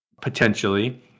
potentially